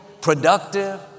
productive